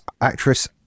actress